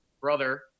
brother